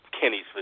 Kenny's